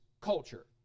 culture